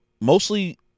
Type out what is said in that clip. mostly